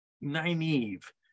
naive